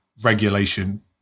regulation